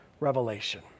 revelation